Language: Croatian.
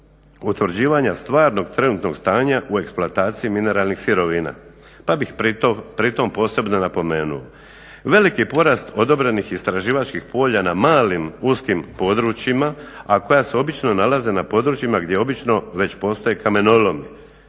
utvrđivanja stvarnog trenutnog stanja u eksploataciji mineralnih sirovina pa bih pritom posebno napomenuo veliki porast odobrenih istraživačkih polja na malim uskim područjima, a koja se obično nalaze na područjima gdje obično već postoje kamenolomi.